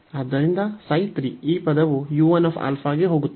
ಆದ್ದರಿಂದ ಈ ಪದವು u 1 α ಗೆ ಹೋಗುತ್ತದೆ